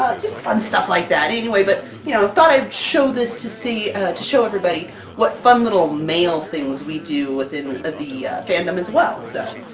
just fun stuff like that! anyway, but you know i thought i'd show this to see to show everybody what fun little mail things we do within the fandom as well, so!